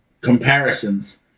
comparisons